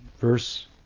verse